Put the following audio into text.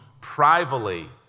privately